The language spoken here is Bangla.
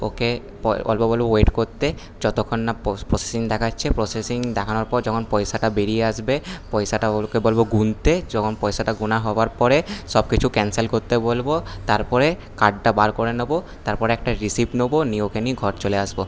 ওকে অল্প বলবো ওয়েট করতে যতক্ষণ না প্রসেসিং দেখাচ্ছে প্রসেসিং দেখানোর পর যখন পয়সাটা বেরিয়ে আসবে পয়সাটা ওকে বলবো গুনতে যখন পয়সাটা গুনা হবার পরে সব কিছু ক্যানসেল করতে বলবো তারপরে কার্ডটা বার করে নেবো তারপরে একটা রিসিপ নেবো নিয়ে ওকে নিয়ে ঘর চলে আসবো